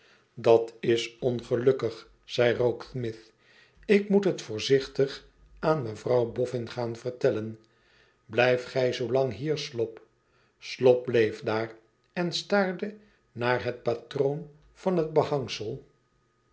dat is ongelukkig zei rokesmith ik moet het voorzichtig aan mevrouw bofsn gaan vertellen blijf gij zoolang hier slop slop bleef daar en staarde naar het patroon van het behangsel